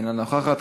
אינה נוכחת.